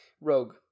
Rogue